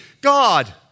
God